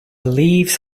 leaves